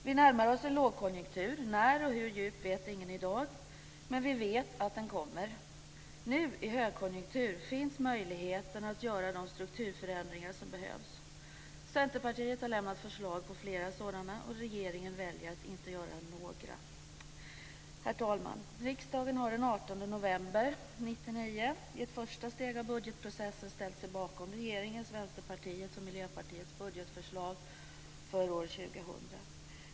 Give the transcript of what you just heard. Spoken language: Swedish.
Vi närmar oss en lågkonjunktur - när och hur djup vet ingen i dag, men vi vet att den kommer. Nu, i högkonjunktur, finns möjligheten att göra de strukturförändringar som behövs. Centerpartiet har lämnat förslag på flera sådana, och regeringen väljer att inte göra några. Herr talman! Riksdagen har den 18 november 1999 i ett första steg av budgetprocessen ställt sig bakom regeringens, Vänsterpartiets och Miljöpartiets budgetförslag för år 2000.